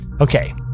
Okay